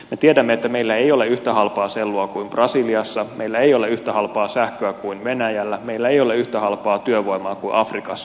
me tiedämme että meillä ei ole yhtä halpaa sellua kuin brasiliassa meillä ei ole yhtä halpaa sähköä kuin venäjällä meillä ei ole yhtä halpaa työvoimaa kuin afrikassa